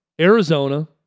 Arizona